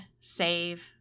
save